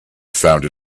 found